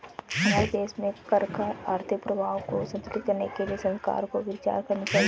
हमारे देश में कर का आर्थिक प्रभाव को संतुलित करने के लिए सरकार को विचार करनी चाहिए